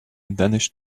vanished